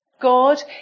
God